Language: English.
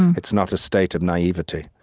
it's not a state of naivete.